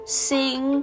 sing